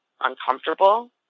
uncomfortable